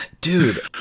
dude